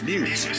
News